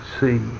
see